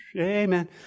Amen